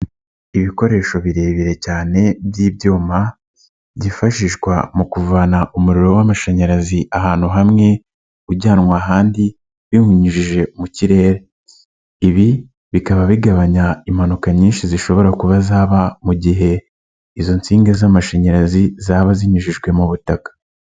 Ibikoresho birebire cyane by'ibyuma, byifashishwa mu kuvana umuriro w'amashanyarazi ahantu hamwe, ujyanwa ahandi, biwunyujije mu kirere. Ibi bikaba bigabanya impanuka nyinshi zishobora kuba zaba mu gihe izo nsinga z'amashanyarazi zaba zinyujijwe mu butaka.